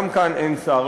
גם כאן אין שר.